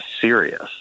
serious